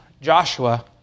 Joshua